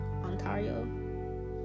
Ontario